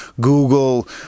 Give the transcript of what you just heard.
Google